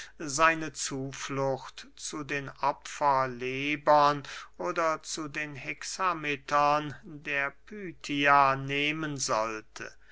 seine zuflucht zu den opferlebern oder zu den hexametern der pythia nehmen sollte